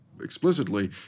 explicitly